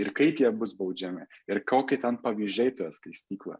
ir kaip jie bus baudžiami ir kokie ten pavyzdžiai toje skaistykloje